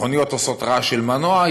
מכוניות עושות רעש של מנוע,